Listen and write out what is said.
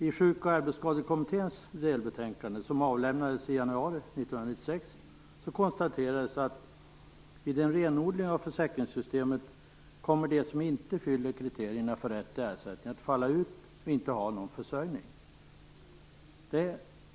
I Sjuk och arbetsskadekommitténs delbetänkande, som avlämnades i januari 1996, konstaterades att vid en renodling av försäkringssystemen kommer de som inte fyller kriterierna för rätt till ersättning att falla ut och inte ha någon försörjning.